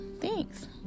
Thanks